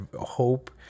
hope